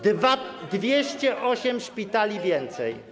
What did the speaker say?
208 szpitali więcej.